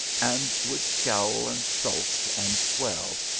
and would scowl, and sulk, and swell,